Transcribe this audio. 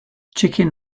chicken